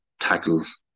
tackles